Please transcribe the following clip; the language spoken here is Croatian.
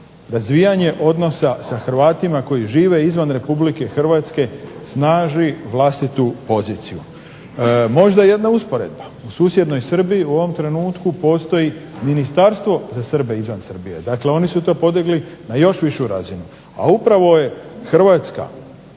razvijanje odnosa sa Hrvatima koji žive izvan Republike Hrvatske snaži vlastitu poziciju. Možda jedna usporedba, u susjednoj Srbiji u ovom trenutku postoji Ministarstvo za Srbe izvan Srbije. Dakle, oni su to podigli na još višu razinu. A upravo je Hrvatska